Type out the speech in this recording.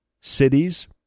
cities